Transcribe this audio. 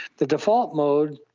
the default mode,